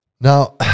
Now